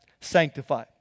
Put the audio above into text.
Sanctify